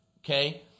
Okay